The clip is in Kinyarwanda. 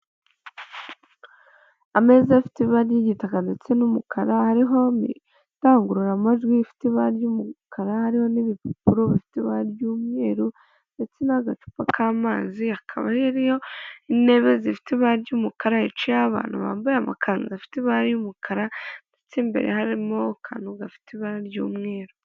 Ameza afite ibara ry'igitaka ndetse n'umukara hariho n'indangururamajwi ifite ibara ry'umukara, hari n'ibipapuro bifite ibara ry'umweru ndetse n'agacupa k'amazi hakaba hariyo intebe zifite ibara ry'umukara yicayeho abantu bambaye amakanzu afite ibara ry'umukara ndetse imbere harimokantu gafite ibara ry'umweru.